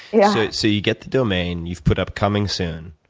yeah so you get the domain, you've put up coming soon.